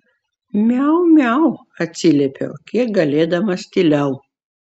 miau miau atsiliepiau kiek galėdamas tyliau